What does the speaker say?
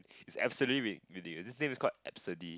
it's absolutely ridiculous this name is called Absidy